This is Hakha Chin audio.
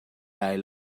lai